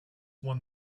won